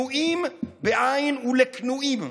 לכנועים ולקנויים,